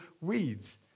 weeds